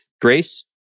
Grace